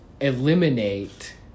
eliminate